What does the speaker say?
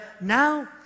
now